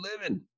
living